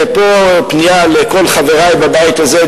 ופה פנייה לכל חברי בבית הזה,